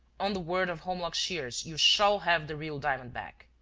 on the word of holmlock shears, you shall have the real diamond back.